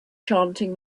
chanting